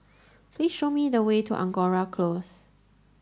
please show me the way to Angora Close